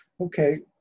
Okay